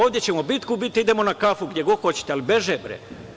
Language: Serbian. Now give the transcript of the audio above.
Ovde ćemo bitku biti, idemo na kafu gde god hoćete, ali beže.